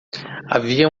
havia